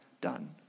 done